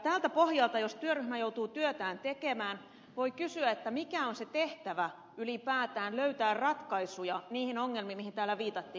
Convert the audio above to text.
tältä pohjalta jos työryhmä joutuu työtään tekemään voi kysyä mikä on se tehtävä ylipäätään löytää ratkaisuja niihin ongelmiin mihin täällä viitattiin